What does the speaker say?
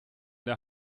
der